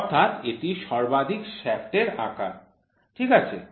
অর্থাৎ এটি সর্বাধিক শ্যাফ্টের আকার ঠিক আছে